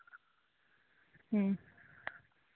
ᱦᱮᱸ